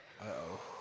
Uh-oh